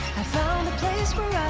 found the place where i